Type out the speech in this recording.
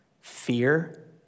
Fear